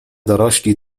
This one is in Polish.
dorośli